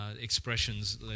expressions